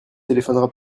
téléphonera